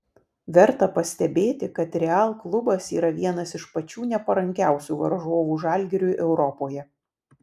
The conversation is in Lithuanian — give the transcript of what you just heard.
verta pastebėti kad real klubas yra vienas iš pačių neparankiausių varžovų žalgiriui europoje